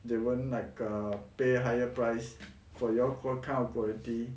they won't like err pay higher price for your what kind of quality